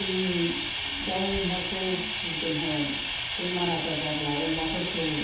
जोङो दाउ अमाखौ फिसिदों हय बेमार आजार जायोब्ला अमाफोरखौ